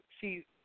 see